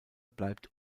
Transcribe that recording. bleibt